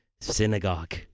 synagogue